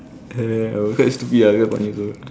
ah I was quite stupid lah quite funny also